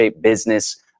business